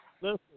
Listen